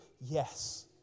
yes